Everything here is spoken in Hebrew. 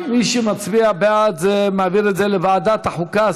מי שמצביע בעד, מעביר את זה לוועדת החוקה.